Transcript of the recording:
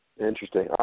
Interesting